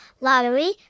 lottery